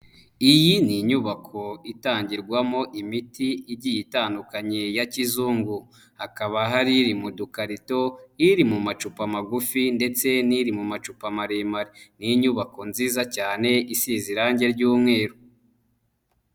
Iyi ni inyubako itangirwamo imiti igiye itandukanye ya kizungu. Hakaba hari iri mu dukarito, iri mu macupa magufi ndetse n'iri mu macupa maremare. Ni inyubako nziza cyane isize irange ry'umweru.